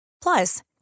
Plus